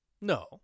No